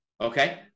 okay